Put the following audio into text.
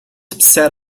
upset